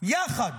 יחד